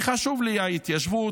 כי חשובה לי ההתיישבות,